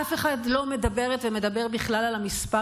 אף אחד לא מדברת ומדבר בכלל על המספר